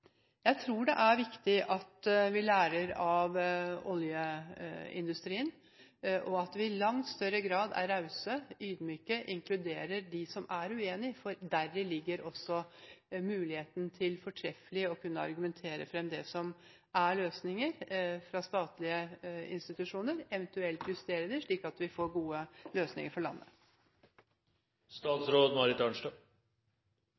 Jeg tror det er viktig at vi lærer av oljeindustrien, og at vi i langt større grad er rause, ydmyke og inkluderer de som er uenig. Der ligger også muligheten til fortreffelig å kunne argumentere fram det som er løsninger fra statlige institusjoner, eventuelt justere dem, slik at vi får gode løsninger for